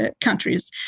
countries